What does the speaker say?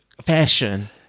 Fashion